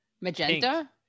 magenta